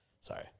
Sorry